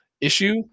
issue